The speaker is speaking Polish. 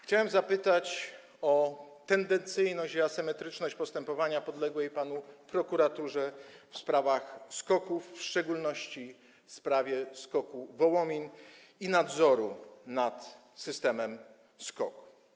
Chciałem zapytać o tendencyjność i asymetryczność postępowania podległej panu prokuratury w sprawach SKOK-ów, w szczególności w sprawie SKOK-u Wołomin i nadzoru nad systemem SKOK.